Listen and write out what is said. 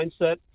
mindset